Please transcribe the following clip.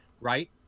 right